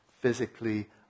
physically